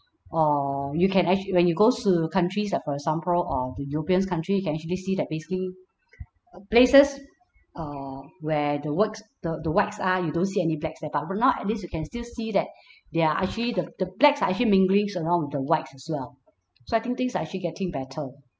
err you can actually when you goes to countries like for example uh the europeans country you can actually see that basically places uh where the works the the white are you don't see any blacks there but for now at least you can still see that they're actually the the blacks are actually minglings around with the whites as well so I think things are actually getting better